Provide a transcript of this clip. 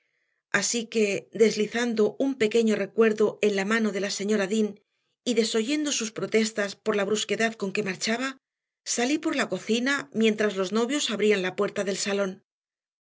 así que deslizando un pequeño recuerdo en la mano de la señora dean y desoyendo sus protestas por la brusquedad con que marchaba salí por la cocina mientras los novios abrían la puerta del salón